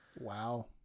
Wow